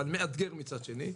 אבל מאתגר מצד שני.